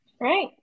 right